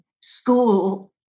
school